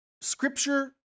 Scripture